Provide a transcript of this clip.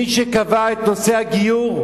מי שקבע את נושא הגיור,